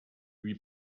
lui